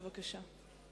בבקשה.